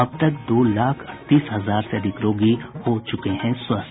अब तक दो लाख अड़तीस हजार से अधिक रोगी हो च्रके हैं स्वस्थ